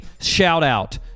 shout-out